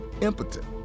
impotent